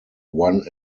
one